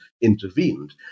intervened